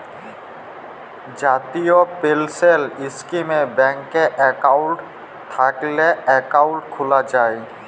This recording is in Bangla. জাতীয় পেলসল ইস্কিমে ব্যাংকে একাউল্ট থ্যাইকলে একাউল্ট খ্যুলা যায়